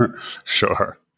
Sure